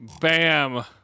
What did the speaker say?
bam